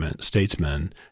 statesmen